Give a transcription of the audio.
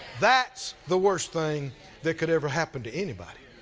that's the worst thing that could ever happen to anybody.